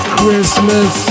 Christmas